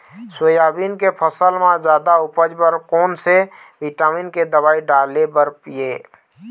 Soybean के फसल म जादा उपज बर कोन से विटामिन के दवई डाले बर ये?